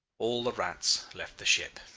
all the rats left the ship.